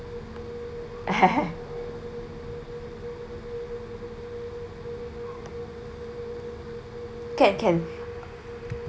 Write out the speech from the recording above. can can